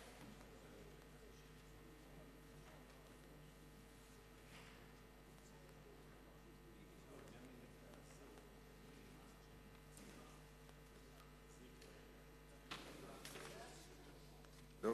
לא,